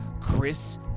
Chris